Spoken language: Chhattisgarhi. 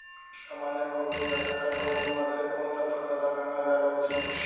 सामान्य गोभी या संकर गोभी म से कोन स फसल लगाना जादा उचित हे?